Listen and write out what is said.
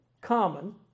common